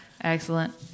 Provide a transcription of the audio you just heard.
Excellent